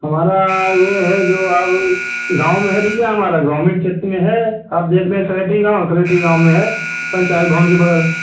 हमारा ये है जो अब गाँव में है भैया हमारा ग्रामीण क्षेत्र में है आप देख लें सरेठी गाँव सरेठी गाँव में है पंचायत भवन के बगल